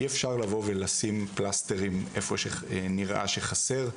אי אפשר לבוא ולשים פלסטרים איפה שנראה שחסר,